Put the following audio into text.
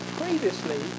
previously